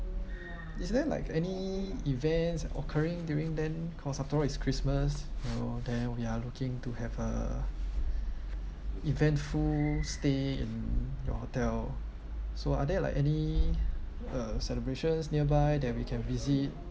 is there like any events occurring during then cause after all is christmas you know then we are looking to have a eventful stay in your hotel so are there like any uh celebrations nearby that we can visit